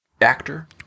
actor